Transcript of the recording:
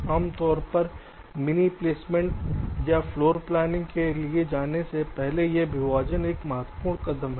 आम तौर पर मिनी प्लेसमेंट या फ्लोर प्लानिंग के लिए जाने से पहले यह विभाजन एक महत्वपूर्ण कदम है